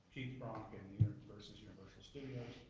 keith bronk and you know versus universal studios,